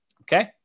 Okay